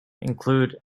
include